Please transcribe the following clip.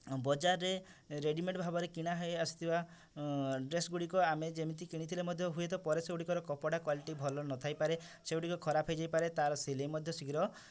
ବଜାରରେ ରେଡ଼ିମେଡ଼୍ ଭାବରେ କିଣା ହେଇ ଆସିଥିବା ଡ୍ରେସ୍ଗୁଡ଼ିକ ଆମେ ଯେମିତି କିଣିଥିଲେ ମଧ୍ୟ ହୁଏତ ପରେ ସେଗୁଡ଼ିକର କପଡ଼ା କ୍ୱାଲିଟି ଭଲ ନଥାଇପାରେ ସେଗୁଡ଼ିକ ଖରାପ ହୋଇଯାଇ ପାରେ ତା'ର ସିଲେଇ ମଧ୍ୟ ଶୀଘ୍ର